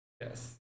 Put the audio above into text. Yes